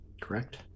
correct